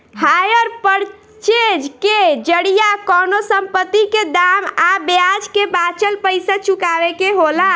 hire purchase के जरिया कवनो संपत्ति के दाम आ ब्याज के बाचल पइसा चुकावे के होला